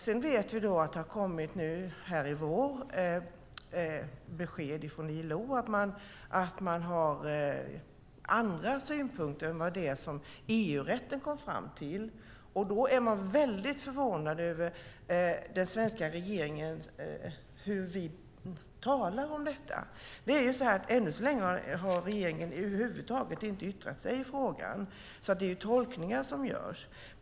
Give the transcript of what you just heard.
Sedan vet vi att det nu i vår har kommit besked från ILO om att man har andra synpunkter än det som EU-rätten kom fram till. Då är det en väldig förvåning när det gäller hur den svenska regeringen talar om detta. Än så länge har regeringen över huvud taget inte yttrat sig i frågan. Det är tolkningar som görs.